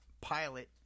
pilot